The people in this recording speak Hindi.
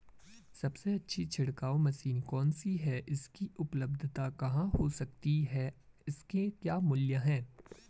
सबसे अच्छी छिड़काव मशीन कौन सी है इसकी उपलधता कहाँ हो सकती है इसके क्या मूल्य हैं?